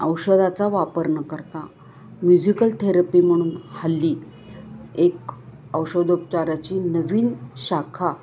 औषधाचा वापर न करता म्युझिकल थेरपी म्हणून हल्ली एक औषधोपचाराची नवीन शाखा